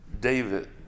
David